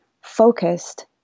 focused